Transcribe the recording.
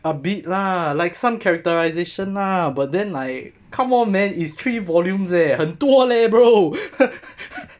a bit lah like some characterization lah but then like come on man it's three volumes eh 很多 leh bro